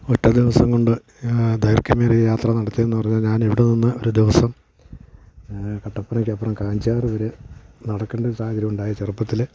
ഒറ്റ ദിവസം കൊണ്ട് ധൈർഘ്യമേറിയ യാത്ര നടത്തിയെന്ന് പറഞ്ഞാൽ ഞാനിവിടെ നിന്ന് ഒരു ദിവസം കട്ടപ്പനക്കപ്പുറം കാഞ്ചാറ് വരെ നടക്കേണ്ട ഒരു സാഹചര്യം ഉണ്ടായി ചെറുപ്പത്തിൽ